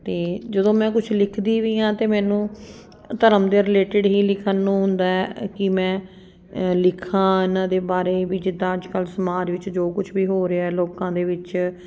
ਅਤੇ ਜਦੋਂ ਮੈਂ ਕੁਛ ਲਿਖਦੀ ਵੀ ਹਾਂ ਤਾਂ ਮੈਨੂੰ ਧਰਮ ਦੇ ਰਿਲੇਟਿਡ ਹੀ ਲਿਖਣ ਨੂੰ ਹੁੰਦਾ ਕਿ ਮੈਂ ਲਿਖਾਂ ਇਹਨਾਂ ਦੇ ਬਾਰੇ ਵੀ ਜਿੱਦਾਂ ਅੱਜ ਕੱਲ੍ਹ ਸਮਾਜ ਵਿੱਚ ਜੋ ਕੁਛ ਵੀ ਹੋ ਰਿਹਾ ਲੋਕਾਂ ਦੇ ਵਿੱਚ